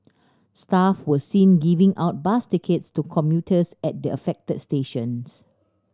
staff were seen giving out bus tickets to commuters at the affected stations